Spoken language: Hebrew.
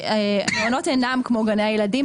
מעונות אינם כמו גני הילדים.